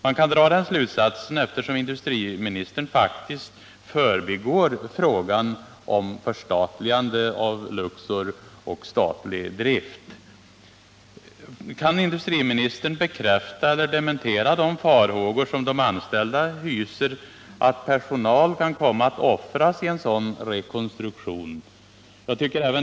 Man kan dra den slutsatsen, eftersom industriministern faktiskt förbigår frågan om förstatligande av Luxor och statlig drift. Kan industriministern bekräfta eller dementera att de farhågor som de anställda hyser att personal kan komma att offras i en sådan rekonstruktion är motiverade?